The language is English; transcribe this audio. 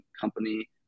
company